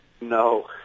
No